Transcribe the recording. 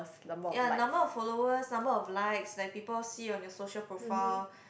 ya number of followers number of likes like people see on your social profile